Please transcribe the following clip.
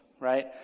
right